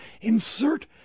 insert